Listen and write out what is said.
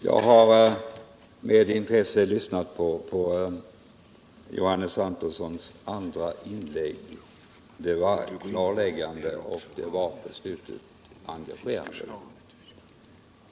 Jag har med intresse lyssnat till Johannes Antonssons andra inlägg. Det var klarläggande och på slutet engagerande.